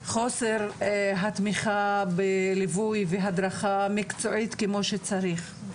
חוסר התמיכה בליווי והדרכה מקצועית כמו שצריך.